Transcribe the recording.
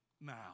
now